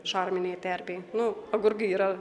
šarminėj terpėj nu agurkai yra